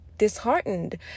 disheartened